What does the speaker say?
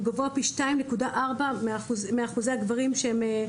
הוא גבוה פי 2.4 מאחוז הגברים.